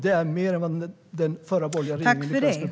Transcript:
Det är mer än vad den föregående borgerliga regeringen lyckades med på åtta år.